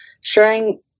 sharing